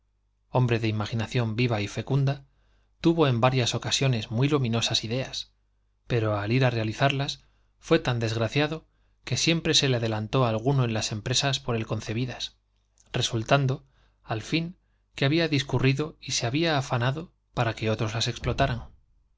hombre de imaginación viva y fecunda tuvo en ir á varias ocasiones muy luminosas ideas pero al se le realizarlas fué tan desgraciado que siempre adelantó alguno en las empresas por él concebidas había discurrido y se había resultando al fin que afanado para que otros las explotaran